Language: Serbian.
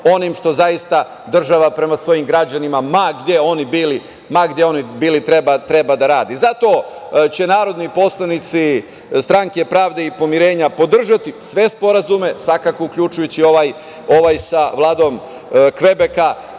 onim što zaista država prema svojim građanima, ma gde oni bili, treba da radi. Zato će narodni poslanici Stranke pravde i pomirenja podržati sve sporazume, svakako uključujući i ovaj sa Vladom Kvebeka